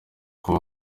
kuba